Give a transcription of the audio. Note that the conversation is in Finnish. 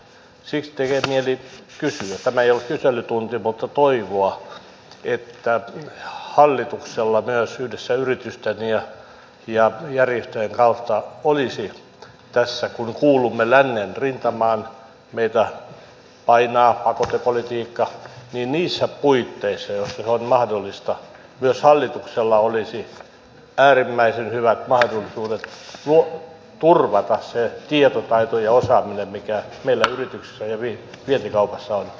siksi tekee mieli kysyä vaikka tämä ei ole kyselytunti toivoa että hallituksella myös yhdessä yritysten ja järjestöjen kanssa olisi tässä kun kuulumme lännen rintamaan meitä painaa pakotepolitiikka niissä puitteissa joissa se on mahdollista äärimmäisen hyvät mahdollisuudet turvata se tietotaito ja osaaminen mikä meillä yrityksissä ja vientikaupassa on venäjän kanssa